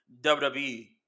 wwe